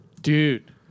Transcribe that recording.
Dude